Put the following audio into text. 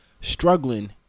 struggling